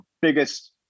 biggest